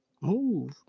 move